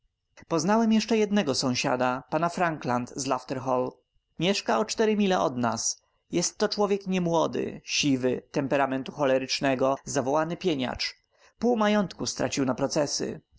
poznałem jeszcze jednego sąsiada pana frankland z lafter hall mieszka o cztery mile od nas jest to człowiek niemłody siwy temperamentu cholerycznego zawołany pieniacz pół majątku stracił na procesy